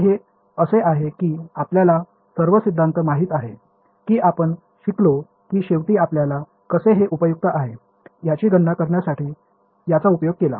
तर हे असे आहे की आपल्याला सर्व सिद्धांत माहित आहेत की आपण शिकलो की शेवटी आपल्याला कसे ते उपयुक्त आहे याची गणना करण्यासाठी याचा उपयोग केला